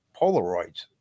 Polaroids